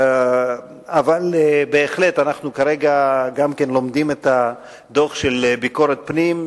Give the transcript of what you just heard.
אבל אנחנו כרגע בהחלט לומדים את הדוח של ביקורת הפנים.